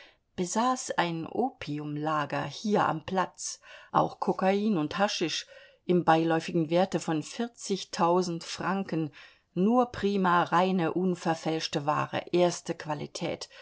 besaß ein opiumlager hier am platz auch kokain und haschisch im beiläufigen werte von vierzigtausend franken nur prima reine unverfälschte ware erste qualität